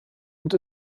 und